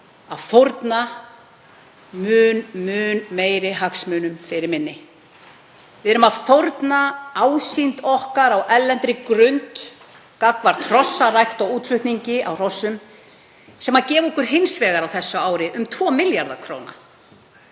að fórna mun meiri hagsmunum fyrir minni. Við erum að fórna ásýnd okkar á erlendri grundu gagnvart hrossarækt og útflutningi á hrossum sem gefur okkur hins vegar á þessu ári um 2 milljarða kr.